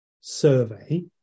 survey